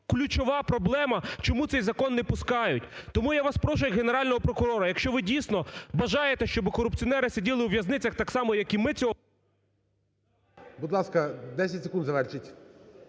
ключова проблема, чому цей закон не пускають. Тому я вас прошу як Генерального прокурора, якщо ви, дійсно, бажаєте, щоби корупціонери сиділи у в'язницях так само як і ми цього… ГОЛОВУЮЧИЙ. Будь ласка, 10 секунд, звершіть.